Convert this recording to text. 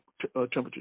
temperature